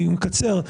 אני מקצר,